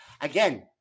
again